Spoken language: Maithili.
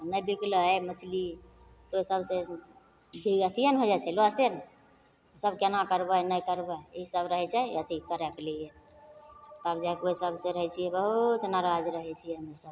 नहि बिकलै मछली तऽ ओहि सबसे अथिए ने हो जाइ छै लॉसे ने सब कोना करबै नहि करबै ईसब रहै छै अथी करैके लिए तब जाके ओहि सबसे रहै छिए बहुत नाराज रहै छिए हमेसभ